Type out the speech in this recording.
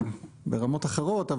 ברמות אחרות,